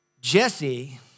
Jesse